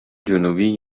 جنوبی